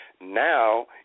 Now